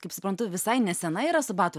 kaip suprantu visai nesenai yra su batų